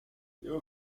you